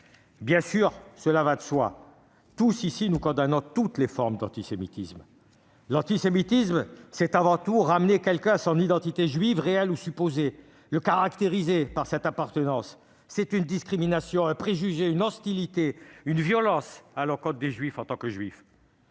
Bien sûr, cela va de soi, nous condamnons tous ici toutes les formes d'antisémitisme. L'antisémitisme, consiste avant tout à ramener quelqu'un à son identité juive, réelle ou supposée, à le caractériser par cette appartenance. C'est une discrimination, un préjugé, une hostilité ou une violence à l'encontre des juifs en tant que juifs.